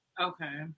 Okay